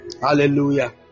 Hallelujah